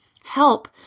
Help